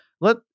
let